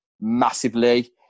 massively